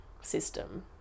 system